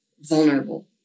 vulnerable